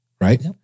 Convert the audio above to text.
right